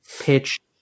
pitch